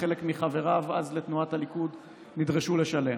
וחלק מחבריו אז לתנועת הליכוד נדרשו לשלם.